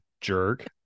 jerk